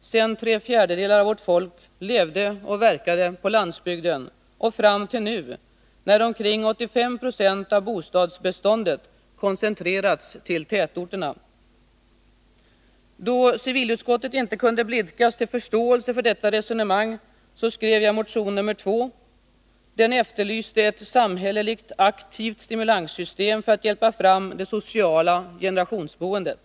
sedan tre fjärdedelar av vårt folk levde och verkade på landsbygden och fram till nu, då omkring 85 26 av bostadsbeståndet koncentrerats till tätorterna. Då civilutskottet inte kunde blidkas till förståelse för detta sammanhang, skrev jag motion nummer två. Den efterlyste ett samhälleligt aktivt stimulanssystem för att hjälpa fram det sociala generationsboendet.